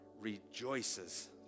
rejoices